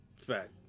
fact